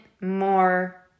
more